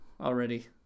Already